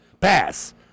pass